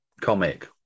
comic